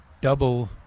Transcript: double